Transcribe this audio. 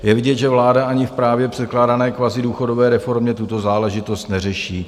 Je vidět, že vláda ani v právě předkládané kvazi důchodové reformě tuto záležitost neřeší.